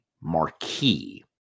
marquee